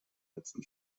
letzten